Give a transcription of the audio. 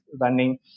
running